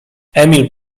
emil